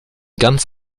ganz